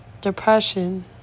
depression